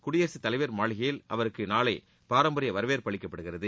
குடியரசு தலைவர் மாளிகையில் அவருக்கு நாளை பாரம்பரிய வரவேற்பு அளிக்கப்படுகிறது